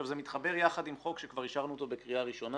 זה מתחבר יחד עם חוק שכבר אישרנו אותו בקריאה ראשונה